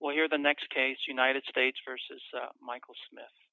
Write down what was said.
well here the next case united states versus michael smith